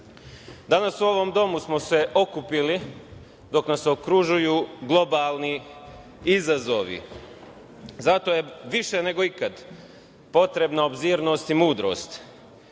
vera. Danas u ovom domu smo se okupili dok nas okružuju globalni izazovi. Zato je više nego ikad potrebna obzirnost i mudrost.